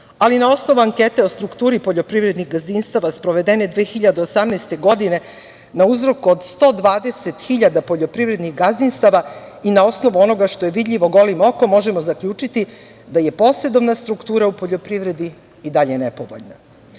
ali na osnovu ankete o strukturi poljoprivrednih gazdinstava, sprovedene 2018. godine, na uzorku od 120 hiljada poljoprivrednih gazdinstava, i na osnovu onoga što je vidljivo golim okom, možemo zaključiti da je posedovna struktura u poljoprivredi i dalje nepovoljna.